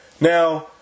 Now